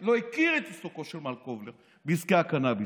לא הכיר את עיסוקו של מר קולבר בעסקי הקנביס.